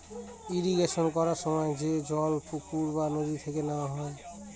irrigation করার সময় যে জল পুকুর বা নদী থেকে নেওয়া হয়